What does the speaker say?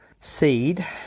seed